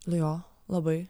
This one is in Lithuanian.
nu jo labai